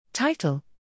Title